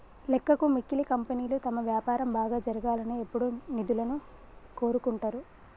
లెక్కకు మిక్కిలి కంపెనీలు తమ వ్యాపారం బాగా జరగాలని ఎప్పుడూ నిధులను కోరుకుంటరు